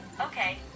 Okay